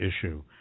issue